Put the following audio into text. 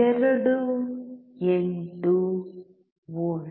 28 V